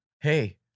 hey